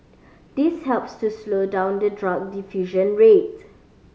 this helps to slow down the drug diffusion rate